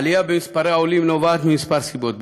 לעלייה במספר העולים כמה סיבות,